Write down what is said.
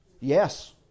yes